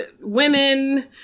women